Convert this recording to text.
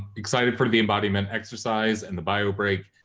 excited for the embodiment exercise and the bio break.